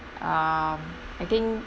um I think